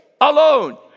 alone